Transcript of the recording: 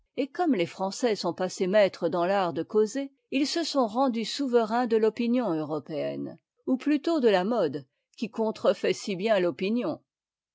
et comme les français sont passés maîtres dans l'art de causer ils se sont rendus souverains de l'opinion européenne ou plutôt de la mode qui contrefait si bien l'opinion